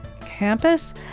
campus